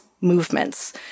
movements